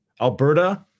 Alberta